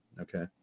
okay